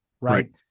Right